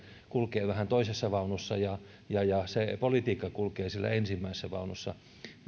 vähän toisessa vaunussa ja ja se politiikka kulkee siellä ensimmäisessä vaunussa